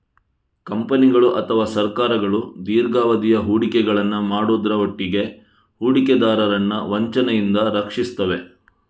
ಕಂಪನಿಗಳು ಅಥವಾ ಸರ್ಕಾರಗಳು ದೀರ್ಘಾವಧಿಯ ಹೂಡಿಕೆಗಳನ್ನ ಮಾಡುದ್ರ ಒಟ್ಟಿಗೆ ಹೂಡಿಕೆದಾರರನ್ನ ವಂಚನೆಯಿಂದ ರಕ್ಷಿಸ್ತವೆ